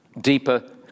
deeper